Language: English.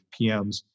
PMs